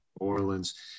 Orleans